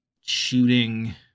shooting